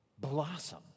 blossom